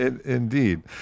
Indeed